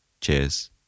Cheers